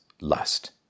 lust